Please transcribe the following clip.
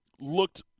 looked